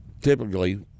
typically